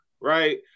right